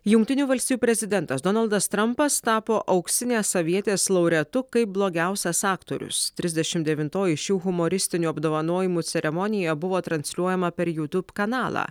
jungtinių valstijų prezidentas donaldas trampas tapo auksinės avietės laureatu kaip blogiausias aktorius trisdešimt devintoji šių humoristinių apdovanojimų ceremonija buvo transliuojama per jutub kanalą